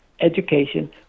education